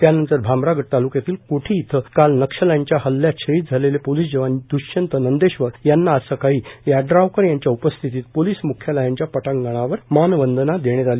त्यानंतर भामरागड ताल्क्यातील कोठी येथे काल नक्षल्यांच्या हल्ल्यात शहीद झालेले पोलिस जवान द्ष्यंत नंदेश्वर यांना आज सकाळी यड्रावकर यांच्या उपस्थितीत पोलिस म्ख्यालयाच्या पटांगणावर मानवंदना देण्यात आली